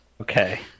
Okay